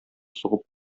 сугып